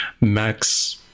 Max